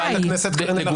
חברת הכנסת קארין אלהרר.